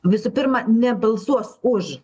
visų pirma nebalsuos už